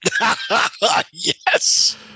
Yes